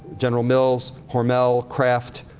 general mills, hormel, kraft,